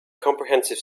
comprehensive